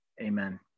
Amen